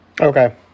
Okay